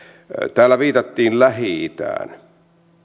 täällä viitattiin lähi itään